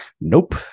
Nope